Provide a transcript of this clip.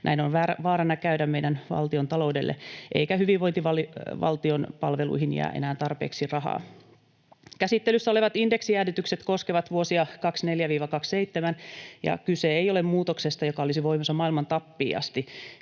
Näin on vaarana käydä meidän valtiontaloudelle, eikä hyvinvointivaltion palveluihin jää enää tarpeeksi rahaa. Käsittelyssä olevat indeksijäädytykset koskevat vuosia 24—27, ja kyse ei ole muutoksesta, joka olisi voimassa maailman tappiin asti.